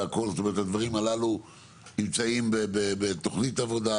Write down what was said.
הדברים הללו נמצאים בתוכנית עבודה,